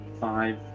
five